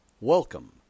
Welcome